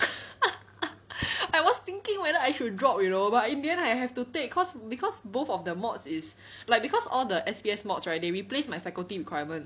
I was thinking whether I should drop you know but in the end I have to take cause cause both of the mods is like cause all the S_P_S mods right they replaced my faculty requirement